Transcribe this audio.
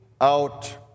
out